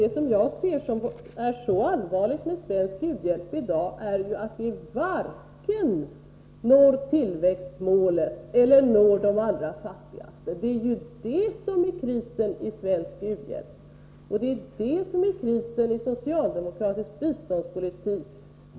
Det som jag anser vara så allvarligt med svensk u-hjälp i dag är nämligen att vi varken når tillväxtmålet eller de allra fattigaste. Det är det som är krisen i svensk u-hjälp — och i socialdemokratisk biståndspolitik.